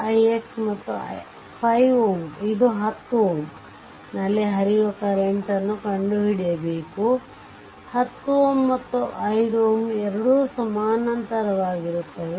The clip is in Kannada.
4 ix ಮತ್ತು 5 Ω ಇದು 10 Ω ನಲ್ಲಿ ಹರಿಯುವ ಕರೆಂಟ್ ನ್ನು ಕಂಡುಹಿಡಿಯಬೇಕು 10 Ω ಮತ್ತು 5 Ω ಎರಡೂ ಸಮಾನಾಂತರವಾಗಿರುತ್ತವೆ